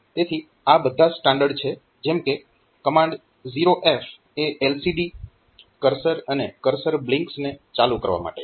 તેથી આ બધા સ્ટાન્ડર્ડ છે જેમ કે કમાન્ડ 0F એ LCD કર્સર અને કર્સર બ્લિન્કસ ને ચાલુ કરવા માટે છે